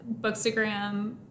Bookstagram